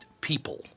people